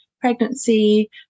pregnancy